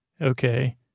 Okay